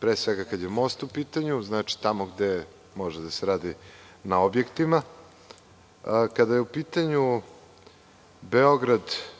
pre svega, kada je most u pitanju, znači, tamo gde može da se radi na objektima. Kada je u pitanju Beograd-Bar,